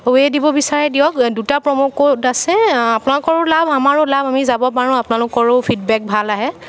ৱে দিব বিচাৰে দিয়ক দুটা প্ৰ'মো কোড আছে আপোনালোকৰো লাভ আমাৰো লাভ আমি যাব পাৰোঁ আপোনালোকৰো ফিডবেক ভাল আহে